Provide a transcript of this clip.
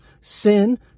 sin